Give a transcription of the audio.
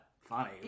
funny